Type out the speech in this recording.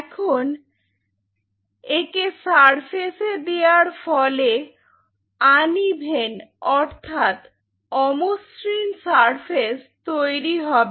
এখন একে সারফেসে দেওয়ার ফলে আন্ ইভেন্ অর্থাৎ অমসৃণ সারফেস তৈরী হবে